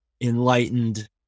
enlightened